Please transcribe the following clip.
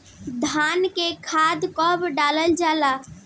धान में खाद कब डालल जाला?